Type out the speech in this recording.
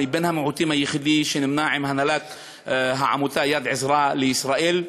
בן המיעוטים היחידי שנמנה עם הנהלת העמותה "יד עזרה לישראל",